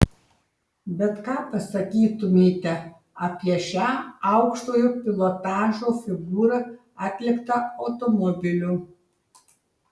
bet ką pasakytumėte apie šią aukštojo pilotažo figūrą atliktą automobiliu